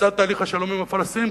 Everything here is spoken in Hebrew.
לצד תהליך השלום עם הפלסטינים,